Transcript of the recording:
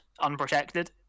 unprotected